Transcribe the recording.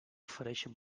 ofereixen